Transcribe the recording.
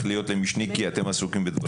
להיות משני כי אתם עסוקים בדברים אחרים?